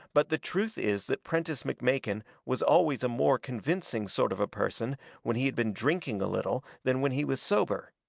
but the truth is that prentiss mcmakin was always a more convincing sort of a person when he had been drinking a little than when he was sober.